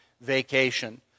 vacation